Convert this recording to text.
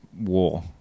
war